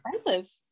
expensive